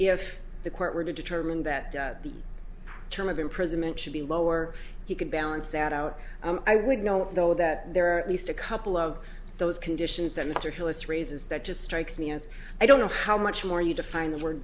if the court were to determine that the term of imprisonment should be lower he can balance that out i would know though that there are at least a couple of those conditions that mr hillis raises that just strikes me as i don't know how much more you define the word